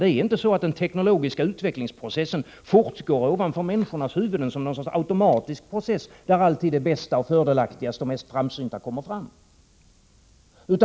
Det är inte så att den teknologiska utvecklingsprocessen fortgår ovanför människornas huvuden som någon sorts automatisk process, där alltid det bästa, det fördelaktigaste och det mest framsynta kommer fram.